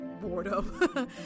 boredom